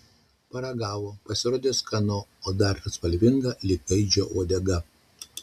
paragavo pasirodė skanu o dar ir spalvinga lyg gaidžio uodega